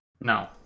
No